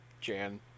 Jan